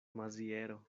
maziero